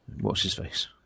What's-His-Face